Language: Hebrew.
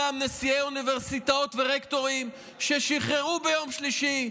ואני קורא לכל אותם נשיאי אוניברסיטאות ורקטורים ששחררו ביום שלישי: